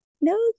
No